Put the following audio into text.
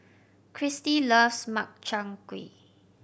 Cristi loves Makchang Gui